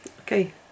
Okay